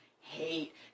hate